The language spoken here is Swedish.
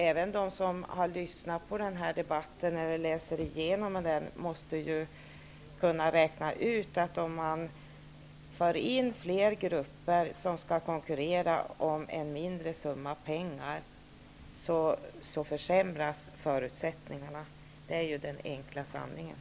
Även de som har lyssnat till debatten eller läser igenom den, måste kunna räkna ut att om man för in fler grupper som skall konkurrera om en mindra summa pengar, försämras förutsättningarna. Det är den enkla sanningen.